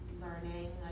learning